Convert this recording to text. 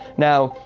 now,